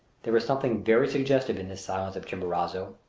there is something very suggestive in this silence of chimborazo.